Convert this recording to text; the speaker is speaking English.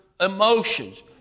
emotions